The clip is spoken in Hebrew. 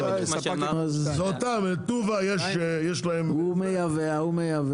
הוא מייבא, ההוא מייבא.